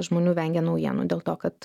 žmonių vengia naujienų dėl to kad